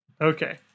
Okay